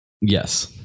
Yes